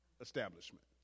establishment